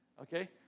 okay